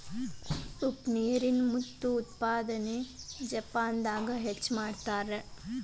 ಉಪ್ಪ ನೇರಿನ ಮುತ್ತು ಉತ್ಪಾದನೆನ ಜಪಾನದಾಗ ಹೆಚ್ಚ ಮಾಡತಾರ